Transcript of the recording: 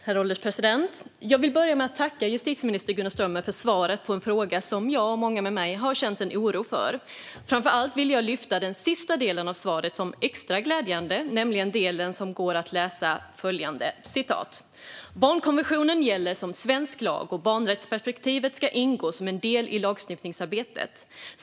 Herr ålderspresident! Jag vill börja med att tacka justitieminister Gunnar Strömmer för svaret på en fråga som jag och många med mig har känt en oro för. Framför allt vill jag lyfta fram sista delen av svaret som extra glädjande, nämligen denna: "Barnkonventionen gäller som svensk lag och barnrättsperspektivet ska ingå som en del i lagstiftningsarbetet.